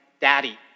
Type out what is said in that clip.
Daddy